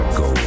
go